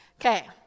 Okay